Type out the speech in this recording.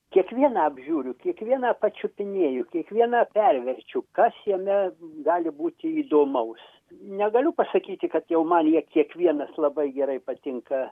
kiekvieną apžiūriu kiekvieną pačiupinėju kiekvieną perverčiu kas jame gali būti įdomaus negaliu pasakyti kad jau man jie kiekvienas labai gerai patinka